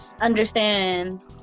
understand